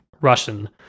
Russian